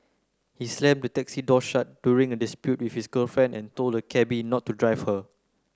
he slammed the taxi door shut during a dispute with his girlfriend and told the cabby not to drive her